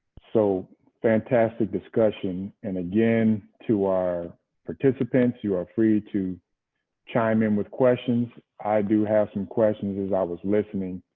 so fantastic discussion. and again, to our participants, you are free to chime in with questions. i do have some questions as i was listening.